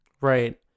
Right